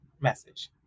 message